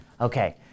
Okay